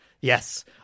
yes